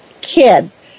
kids